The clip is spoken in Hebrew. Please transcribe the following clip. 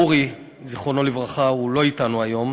אורי, זיכרונו לברכה, לא אתנו היום,